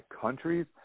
countries